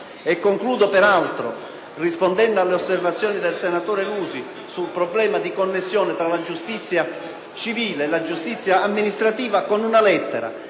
Concludo peraltro, rispondendo alle osservazioni del senatore Lusi sul problema di connessione tra la giustizia civile e la giustizia amministrativa, leggendo una lettera